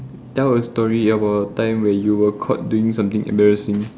tell a story about a time when you were caught doing something embarrassing